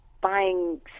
buying